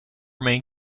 main